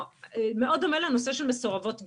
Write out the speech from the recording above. מאוד דומה לנושא של מסורבות גט,